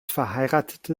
verheiratete